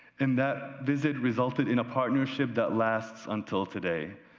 and, that visit resulted in a partnership that lasts until today,